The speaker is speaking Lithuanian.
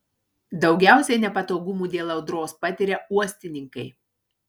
daugiausiai nepatogumų dėl audros patiria uostininkai